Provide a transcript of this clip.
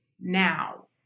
now